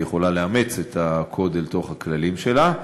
כי היא יכולה לאמץ את הקוד אל תוך הכללים שלה,